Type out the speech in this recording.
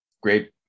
great